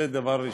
זה דבר ראשון.